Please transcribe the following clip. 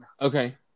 Okay